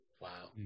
Wow